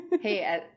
Hey